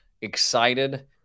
excited